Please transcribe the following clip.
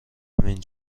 همین